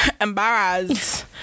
embarrassed